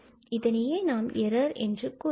இதனையே நாம் எரர் என்று கூறலாம்